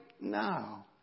now